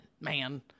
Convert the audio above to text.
man